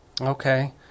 Okay